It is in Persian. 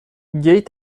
گیت